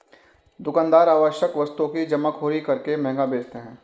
दुकानदार आवश्यक वस्तु की जमाखोरी करके महंगा बेचते है